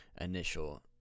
initial